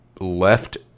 left